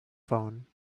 phone